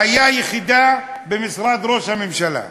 והוא היה יחידה במשרד ראש הממשלה.